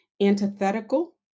antithetical